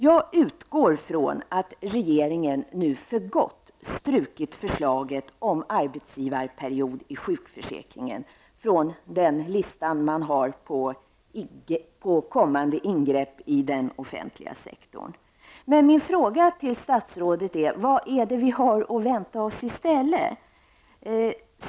Jag utgår från att regeringen nu för gott strukit förslaget om en arbetsgivarperiod i sjukförsäkringen från den lista man har på kommande ingrepp i den offentliga sektorn. Men min fråga till statsrådet är: Vad har vi att vänta oss i stället?